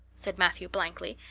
said matthew blankly.